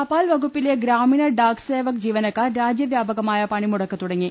തപാൽ വകുപ്പിലെ ഗ്രാമീണ ഡാക് സേവക് ജീവനക്കാർ രാജ്യ വ്യാപകമായ പണിമുടക്ക് തുടങ്ങി